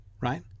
right